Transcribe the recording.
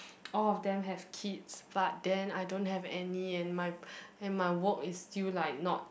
all of them have kids but then I don't have any and my and my work is still like not